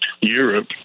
Europe